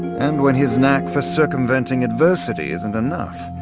and when his knack for circumventing adversity isn't enough,